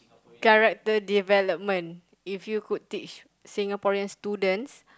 character development if you could teach Singaporean students